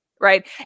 right